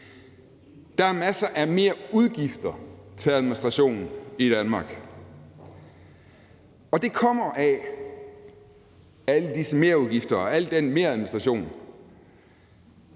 Der er masser af merudgifter til administration i Danmark, og det – alle disse merudgifter og al den meradministration